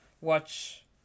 watch